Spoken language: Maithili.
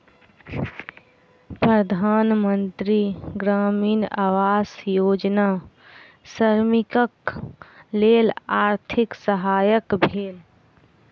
प्रधान मंत्री ग्रामीण आवास योजना श्रमिकक लेल आर्थिक सहायक भेल